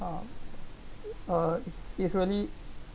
um uh it's easily